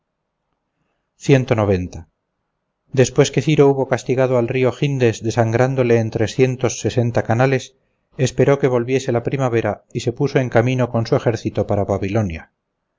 verano después que ciro hubo castigado al río gindes desangrándole en trescientos sesenta canales esperó que volviese la primavera y se puso en camino con su ejército para babilonia